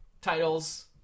titles